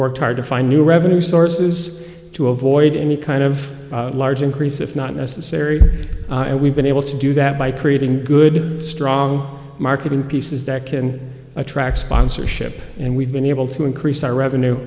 worked hard to find new revenue sources to avoid any kind of large increase if not necessary and we've been able to do that by creating good strong marketing pieces that can attract sponsorship and we've been able to increase our revenue